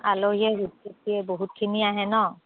আলহীয়ে বহুতখিনি আহে ন